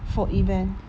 for event